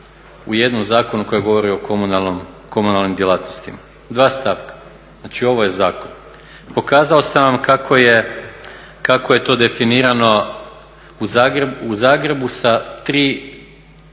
u jednom zakonu koji govori o komunalnim djelatnostima, dva stavka. Znači ovo je zakon. Pokazao sam vam kako je to definirano u Zagrebu sa 3 podstavka